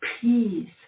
peace